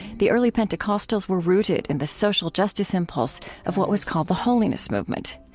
the early pentecostals were rooted in the social justice impulse of what was called the holiness movement.